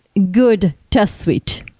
good test suite.